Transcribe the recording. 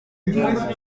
bwana